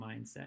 mindset